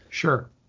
Sure